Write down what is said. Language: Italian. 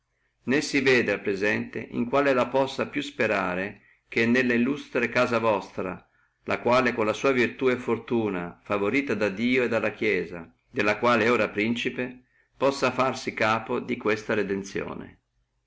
ci si vede al presente in quale lei possa più sperare che nella illustre casa vostra quale con la sua fortuna e virtù favorita da dio e dalla chiesia della quale è ora principe possa farsi capo di questa redenzione